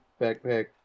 backpack